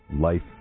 Life